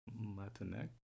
Latinx